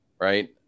right